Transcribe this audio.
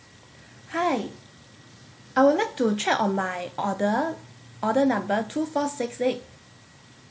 hi I would like to check on my order order number two four six eight